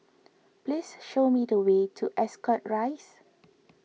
please show me the way to Ascot Rise